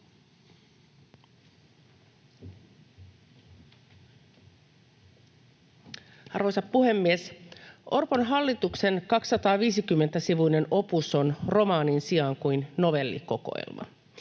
Arvoisa puhemies! Orpon hallituksen 250-sivuinen opus on romaanin sijaan kuin novellikokoelma.